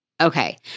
Okay